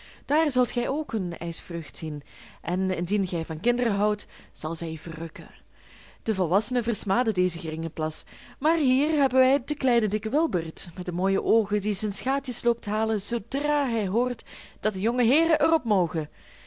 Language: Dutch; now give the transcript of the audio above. daar zult gij ook een ijsvreugd zien en indien gij van kinderen houdt zal zij u verrukken de volwassenen versmaden dezen geringen plas maar hier hebben wij den kleinen dikken wulbert met de mooie oogen die zijn schaatsjes loopt halen zoodra hij hoort dat de jonge heeren er op